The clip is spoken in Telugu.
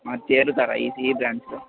మరి చేరతారా ఈసీఈ బ్రాంచ్లో